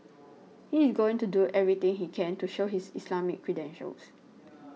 he is going to do everything he can to show his Islamic credentials